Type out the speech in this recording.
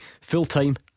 Full-time